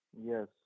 Yes